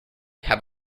have